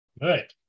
Good